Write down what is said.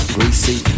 Greasy